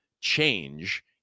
change